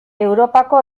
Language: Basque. europako